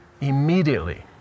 immediately